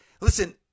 Listen